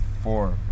four